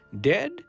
dead